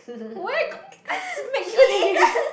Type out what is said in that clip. where got I I smack you then you